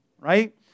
right